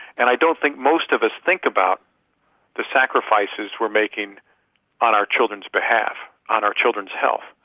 and i don't think most of us think about the sacrifices we're making on our children's behalf, on our children's health.